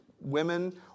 women